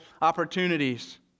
opportunities